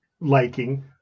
liking